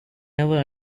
never